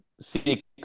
seek